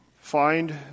find